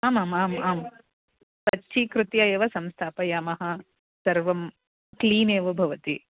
आमाम् आम् आम् स्वच्छीकृत्य एव संस्थापयामः सर्वं क्लीन् एव भवति